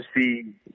see